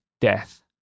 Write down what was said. death